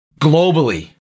globally